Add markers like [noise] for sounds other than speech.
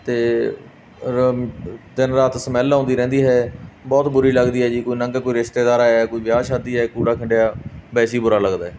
ਅਤੇ [unintelligible] ਦਿਨ ਰਾਤ ਸਮੈਲ ਆਉਂਦੀ ਰਹਿੰਦੀ ਹੈ ਬਹੁਤ ਬੁਰੀ ਲੱਗਦੀ ਹੈ ਜੀ ਕੋਈ ਲੰਘ ਕੋਈ ਰਿਸ਼ਤੇਦਾਰ ਆਇਆ ਕੋਈ ਵਿਆਹ ਸ਼ਾਦੀ ਹੈ ਕੂੜਾ ਖਿੰਡਿਆ ਵੈਸੇ ਹੀ ਬੁਰਾ ਲੱਗਦਾ